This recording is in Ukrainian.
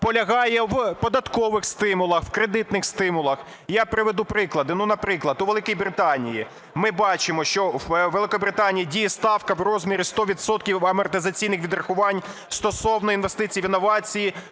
полягає в податкових стимулах, в кредитних стимулах. Я приведу приклади. Ну, наприклад, у Великій Британії. Ми бачимо, що у Великобританії діє ставка в розмірі 100 відсотків амортизаційних відрахувань стосовно інвестицій в інновації